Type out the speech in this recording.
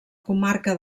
comarca